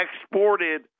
exported